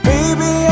Baby